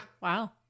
Wow